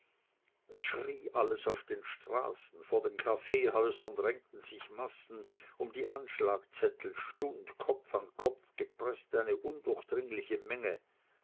es schrie alles auf den straßen vor den kaffeehäusern drängten sich massen um die anschlagszettel stund kopf an kopf gepreßt eine undurchdringliche menge